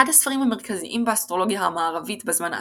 אחד הספרים המרכזיים באסטרולוגיה המערבית בזמן העתיק,